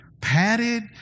padded